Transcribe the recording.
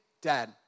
dad